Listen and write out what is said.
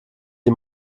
die